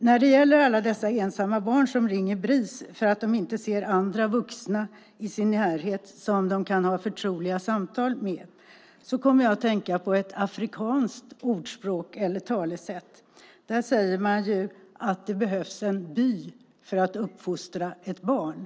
När det gäller alla dessa ensamma barn som ringer Bris för att de inte ser några andra vuxna i sin närhet som de kan ha förtroliga samtal med kommer jag att tänka på ett afrikanskt ordspråk eller talesätt. Där säger man att det behövs en by för att uppfostra ett barn.